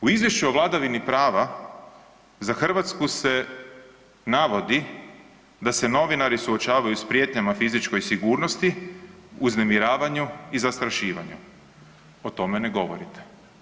U izvješću o vladavini prava za Hrvatsku se navodi da se novinari suočavaju s prijetnjama fizičkoj sigurnosti, uznemiravanju i zastrašivanja, o tome ne govorite.